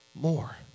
more